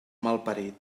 malparit